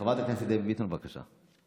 חברת הכנסת דבי ביטון, בבקשה.